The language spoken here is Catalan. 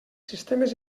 sistemes